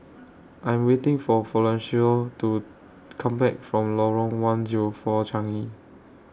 I'm waiting For Florencio to Come Back from Lorong one Zero four Changi